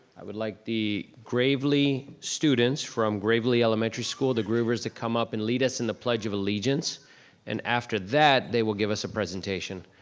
i would like the gravely students from gravely elementary school, the groovers, to come up and lead us in the pledge of allegiance and after that they will give us a presentation